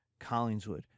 Collingswood